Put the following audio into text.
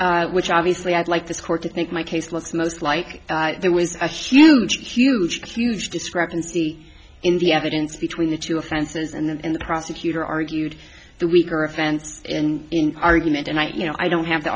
being which obviously i'd like this court to think my case looks most like there was a huge huge huge discrepancy in the evidence between the two offenses and then the prosecutor argued the weaker offense in in argument and i you know i don't have the